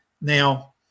Now